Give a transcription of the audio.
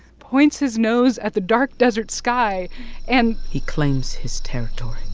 points his nose at the dark desert sky and. he claims his territory